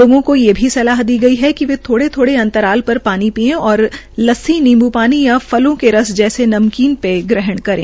लोगों को ये भी सलाह दी गई कि वे थोडे थोडे अंतराल पर पानी पिये और लस्सी नींबू पानी या फलों के रस जैसे नमकीन पेय ग्रहण करें